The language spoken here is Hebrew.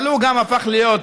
אבל הוא גם הפך להיות,